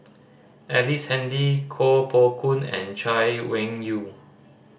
Ellice Handy Koh Poh Koon and Chay Weng Yew